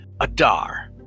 Adar